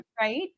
right